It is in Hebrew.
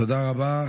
תודה רבה.